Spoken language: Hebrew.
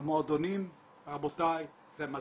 המועדונים רבותי זה מדהים.